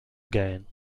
again